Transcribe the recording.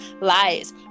lies